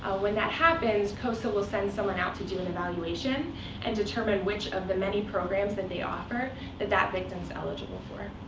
ah when that happens, cosa will send someone out to do an evaluation and determine which of the many programs that they offer that that victim's eligible for.